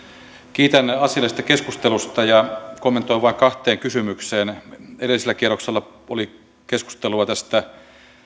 kiitän asiallisesta keskustelusta ja kommentoin vain kahta kysymystä edellisellä kierroksella oli keskustelua tästä